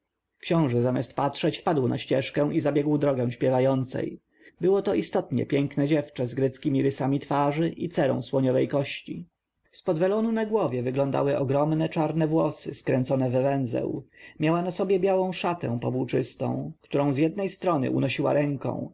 książę zamiast patrzeć wpadł na ścieżkę i zabiegł drogę śpiewającej było to istotnie piękne dziewczę z greckiemi rysami twarzy i cerą słoniowej kości z pod welonu na głowie wyglądały ogromne czarne włosy skręcone w węzeł miała na sobie białą szatę powłóczystą którą z jednej strony unosiła ręką